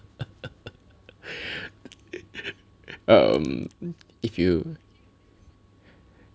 um if you